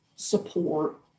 support